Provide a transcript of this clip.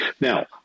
Now